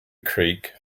creek